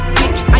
bitch